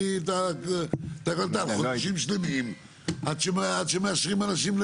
חודשים שלמים עד שמאשרים אנשים.